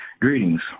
Greetings